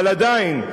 אבל עדיין,